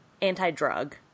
anti-drug